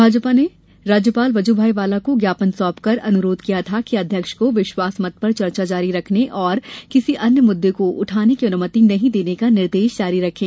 भाजपा ने राज्यपाल वजूभाई वाला को ज्ञापन सौंपकर अनुरोध किया था कि अध्यक्ष को विश्वास मत पर चर्चा जारी रखने और किसी अन्य मुद्दे को उठाने की अनुमति नहीं देने का निर्देश जारी करे